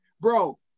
Bro